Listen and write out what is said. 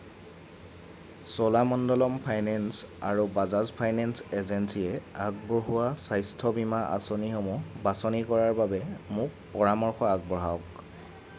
Cholamandalam finance আৰু Bajaj finance এজেঞ্চিয়ে আগবঢ়োৱা স্বাস্থ্য বীমা আঁচনিসমূহ বাছনি কৰাৰ বাবে মোক পৰামৰ্শ আগবঢ়াওক